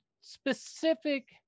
specific